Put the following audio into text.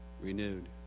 renewed